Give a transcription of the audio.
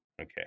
Okay